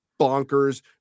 bonkers